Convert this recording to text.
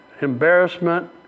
embarrassment